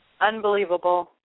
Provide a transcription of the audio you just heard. Unbelievable